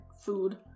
food